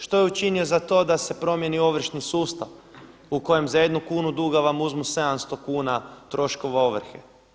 Što je učinio za to da se promijeni ovršni sustav u kojem za jednu kunu duga vam uzmu 700 kuna troškova ovrhe?